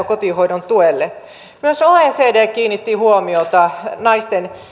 kotihoidon tuelle myös oecd kiinnitti huomiota naisten